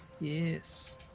Yes